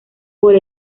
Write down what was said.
por